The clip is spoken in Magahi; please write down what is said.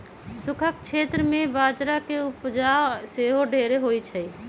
सूखक क्षेत्र में बजरा के उपजा सेहो ढेरेक होइ छइ